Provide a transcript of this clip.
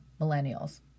Millennials